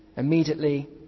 Immediately